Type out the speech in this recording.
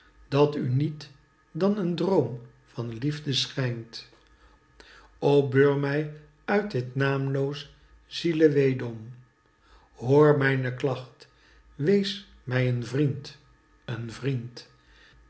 dat u niet dan een droom van liefde schijnt o beur mij uit dit naamloos zieleweedom hoor mijne klacht wees mij een vriend een vriend